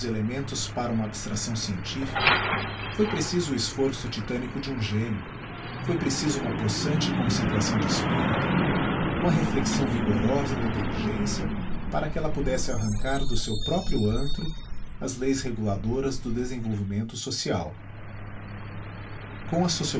elementos para uma abstracção scientifica foi preciso o esforço titânico de um génio foi preciso uma possante concentração de espirito uma reflexão vigorosa da intelligencia para que ella pudesse arrancar do seu próprio antro as leis reguladoras do desenvolvimento social